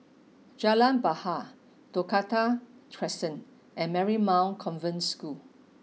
Jalan Bahar Dakota Crescent and Marymount Convent School